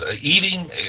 eating